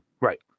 right